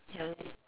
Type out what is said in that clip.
ya lor